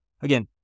again